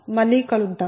మళ్ళీ కలుద్దాం